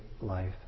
life